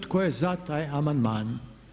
Tko je za taj amandman?